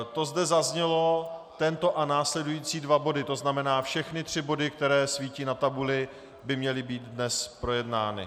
To zde zaznělo, tento a následující dva body, to znamená všechny tři body, které svítí na tabuli, by měly být dnes projednány.